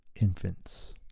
infants